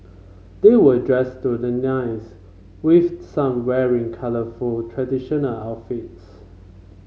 they were dressed to the nines with some wearing colourful traditional outfits